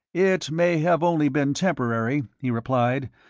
it may have only been temporary, he replied.